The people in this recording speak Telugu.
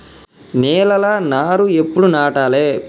నేలలా నారు ఎప్పుడు నాటాలె?